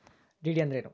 DD ಅಂದ್ರೇನು?